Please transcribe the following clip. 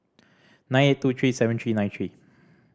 nine eight two three seven three nine three